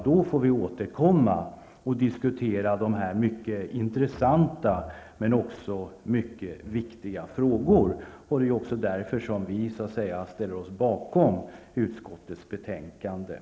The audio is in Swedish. Då får vi återkomma och diskutera dessa mycket intressanta och viktiga frågor. Det är också därför som vi socialdemokrater ställer oss bakom utskottets hemställan i betänkandet.